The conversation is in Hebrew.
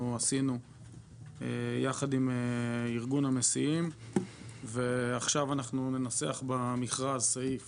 עשינו יחד עם ארגון המסיעים ועכשיו אנחנו ננסח במכרז סעיף